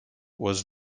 was